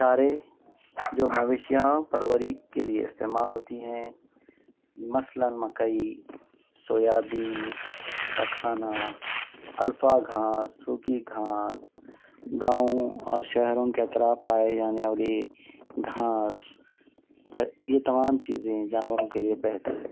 چارے جو مویشیاں پروری کے لیے استعمال ہوتی ہیں مثلاً مکئی سویابین کا کھانا الفا گھاس سوکھی گھاس گاؤں اور شہروں کے اطراف پائے جانے والی گھاس یہ تمام چیزیں جانوروں کے لیے بہتر ہے